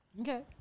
Okay